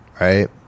right